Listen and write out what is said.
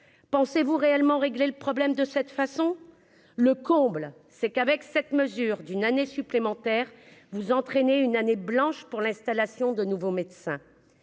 pensez-vous réellement régler le problème de cette façon, le comble c'est qu'avec cette mesure, d'une année supplémentaire vous entraîner une année blanche pour l'installation de nouveaux médecins